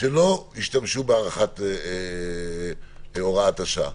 שלא ישתמשו בהארכת הוראת השעה.